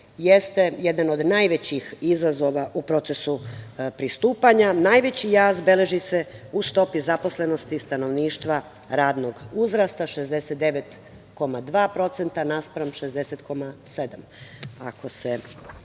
jeste jedan od najvećih izazova u procesu pristupanja. Najveći jaz beleži se u stopi zaposlenosti stanovništva radnog uzrasta – 69,2% naspram 60,7%,